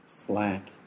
flat